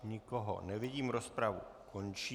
Nikoho nevidím, rozpravu končím.